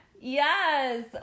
Yes